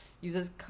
uses